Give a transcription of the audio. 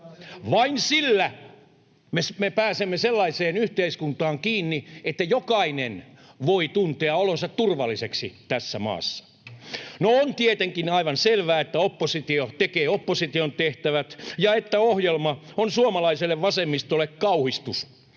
Vain sillä me pääsemme sellaiseen yhteiskuntaan kiinni, että jokainen voi tuntea olonsa turvalliseksi tässä maassa. On tietenkin aivan selvää, että oppositio tekee opposition tehtävät ja että ohjelma on suomalaiselle vasemmistolle kauhistus.